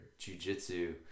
jujitsu